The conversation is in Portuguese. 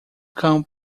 cão